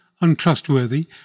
untrustworthy